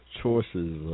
choices